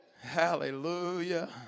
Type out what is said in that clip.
Hallelujah